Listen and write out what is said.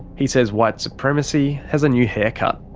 he says white supremacy has a new haircut.